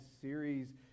series